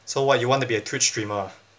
so what you want to be a twitch streamer ah